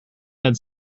have